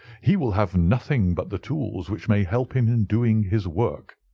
he will have nothing but the tools which may help him in doing his work,